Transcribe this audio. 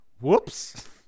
Whoops